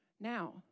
Now